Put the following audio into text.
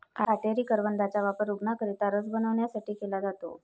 काटेरी करवंदाचा वापर रूग्णांकरिता रस बनवण्यासाठी केला जातो